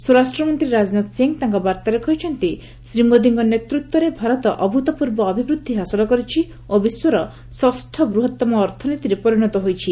ସ୍ୱରାଷ୍ଟ୍ରମନ୍ତ୍ରୀ ରାଜନାଥ ସିଂ ତାଙ୍କ ବାର୍ତ୍ତାରେ କହିଛନ୍ତି ଶ୍ରୀ ମୋଦିଙ୍କ ନେତୃତ୍ୱରେ ଭାରତ ଅଭୂତପୂର୍ବ ଅଭିବୃଦ୍ଧି ହାସଲ କରିଛି ଓ ବିଶ୍ୱର ଷଷ ବୃହତ୍ତମ ଅର୍ଥନୀତିରେ ପରିଣତ ହୋଇଛି